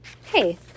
Hey